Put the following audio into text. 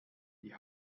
die